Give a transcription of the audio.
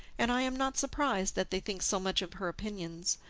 and i am not surprised that they think so much of her opinions.